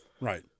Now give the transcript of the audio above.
right